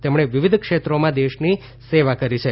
તેમણે વિવિધ ક્ષેત્રોમાં દેશની સેવા કરી છે